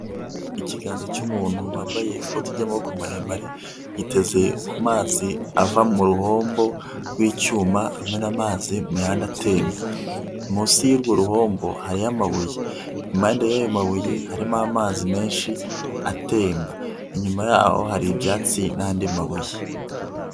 Ikiganza cy'umuntu wambaye ikoti ry'amaboko maremare yiteze ku mazi ava mu ruhombo rw'icyuma rumena amazi muyandi atemba. Munsi y'urwo ruhombo hariyo amabuye impande yayo mabuye harimo amazi menshi atemba inyuma yaho hari ibyatsi n'andi mabuye.